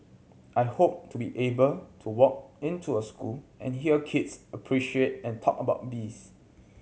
I hope to be able to walk into a school and hear kids appreciate and talk about bees